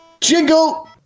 jingle